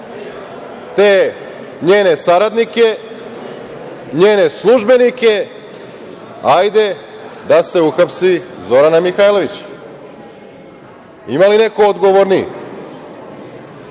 te njene saradnike, njene službenike, hajde da se uhapsi Zorana Mihajlović. Ima li neko odgovorniji?